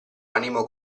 animo